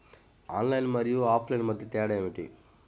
Online మరియు offline మధ్య తేడా ఏమిటీ?